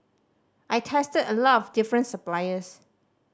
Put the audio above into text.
I tested a lot of different suppliers